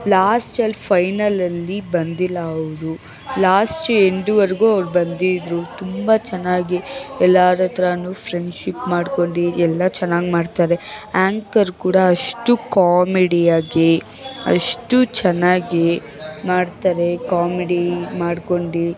ಲಾಸ್ಟಲ್ಲಿ ಫೈನಲ್ ಅಲ್ಲಿ ಬಂದಿಲ್ಲ ಅವರು ಲಾಸ್ಟ್ ಎಂಡ್ ವರೆಗು ಅವರು ಬಂದಿದ್ರು ತುಂಬ ಚೆನ್ನಾಗಿ ಎಲ್ಲಾರಹತ್ರ ಫ್ರೆಂಡ್ಶಿಪ್ ಮಾಡ್ಕೊಂಡು ಎಲ್ಲ ಚೆನ್ನಾಗಿ ಮಾಡ್ತಾರೆ ಆಂಕರ್ ಕೂಡ ಅಷ್ಟು ಕಾಮಿಡಿಯಾಗಿ ಅಷ್ಟು ಚೆನ್ನಾಗಿ ಮಾಡ್ತಾರೆ ಕಾಮಿಡಿ ಮಾಡ್ಕೊಂಡು